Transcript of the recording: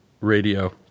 Radio